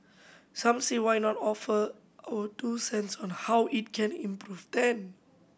some say why not offer our two cents on how it can improve then